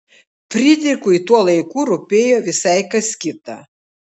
frydrichui tuo laiku rūpėjo visai kas kita